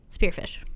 spearfish